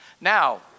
Now